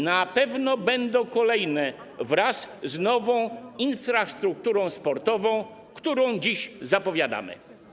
Na pewno będą kolejne wraz z nową infrastrukturą sportową, którą dziś zapowiadamy.